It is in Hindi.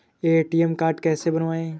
ए.टी.एम कार्ड कैसे बनवाएँ?